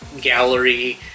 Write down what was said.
gallery